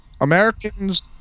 Americans